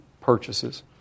purchases